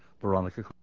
Veronica